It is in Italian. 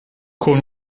con